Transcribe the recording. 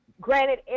granted